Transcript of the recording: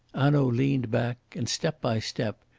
hanaud leaned back and, step by step,